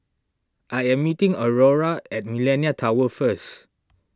I am meeting Aurora at Millenia Tower first